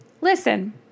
listen